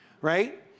right